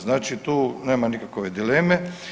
Znači tu nema nikakove dileme.